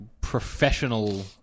professional